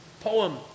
poem